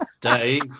Dave